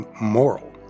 moral